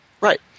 Right